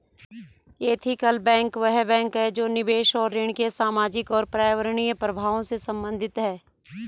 ethical bank वह bank है जो निवेश और ऋण के सामाजिक और पर्यावरणीय प्रभावों से संबंधित है